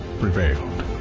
prevailed